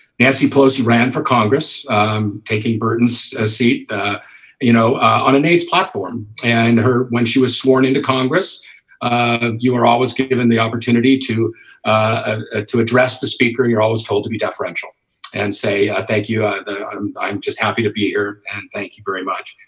nancy pelosi ran for congress taking burdens ah seat ah you know on an aids platform and her when she was sworn into congress and ah you were always given the opportunity to ah to address the speaker. you're always told to be deferential and say, thank you ah i'm i'm just happy to be here and thank you very much.